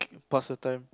pass the time